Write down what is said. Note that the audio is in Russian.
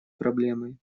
проблемой